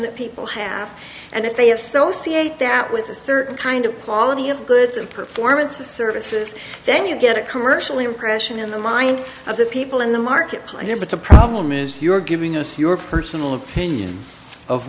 that people have and if they associate that with a certain kind of quality of goods and performance of services then you get a commercial impression in the minds of the people in the marketplace but the problem is you're giving us your personal